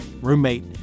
roommate